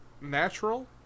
natural